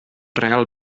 real